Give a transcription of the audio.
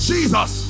Jesus